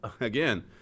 Again